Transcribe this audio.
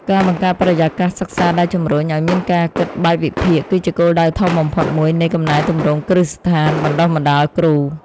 ការបង្កើតបរិយាកាសសិក្សាដែលជំរុញឱ្យមានការគិតបែបវិភាគគឺជាគោលដៅធំបំផុតមួយនៃកំណែទម្រង់គ្រឹះស្ថានបណ្តុះបណ្តាលគ្រូ។